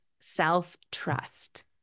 self-trust